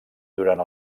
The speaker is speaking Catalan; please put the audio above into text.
durant